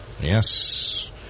Yes